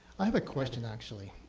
i have a question actually.